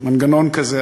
מנגנון כזה.